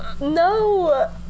No